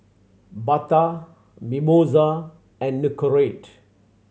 Bata Mimosa and Nicorette